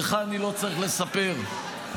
לך אני לא צריך לספר ----- טלי,